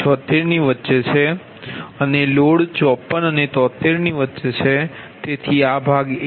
76 ની વચ્ચે છે અને લોડ 54 અને 73 ની વચ્ચે છે તેથી આ ભાગ AB છે